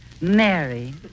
Mary